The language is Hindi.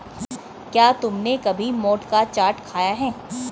क्या तुमने कभी मोठ का चाट खाया है?